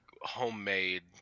homemade